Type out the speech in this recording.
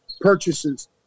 purchases